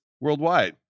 worldwide